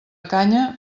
canya